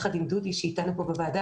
יחד עם דודי מזרחי שנמצא אתנו כאן בוועדה,